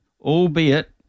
albeit